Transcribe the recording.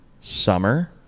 summer